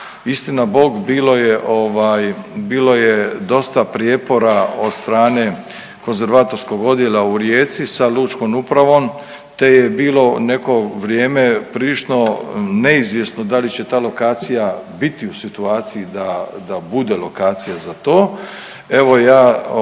Istina bog bilo je dosta prijepora od strane konzervatorskog odjela u Rijeci sa Lučkom upravom, te je bilo neko vrijeme prilično neizvjesno da li će ta lokacija biti u situaciji da bude lokacija za to.